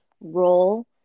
role